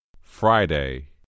Friday